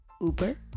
Uber